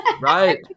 Right